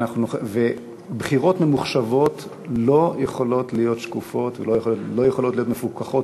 ובחירות ממוחשבות לא יכולות להיות שקופות ולא יכולות להיות מפוקחות,